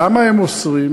למה הם אוסרים?